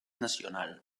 nacional